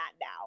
now